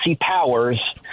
powers